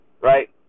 right